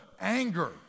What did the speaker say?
anger